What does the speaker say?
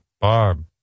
Barb